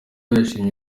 yashimye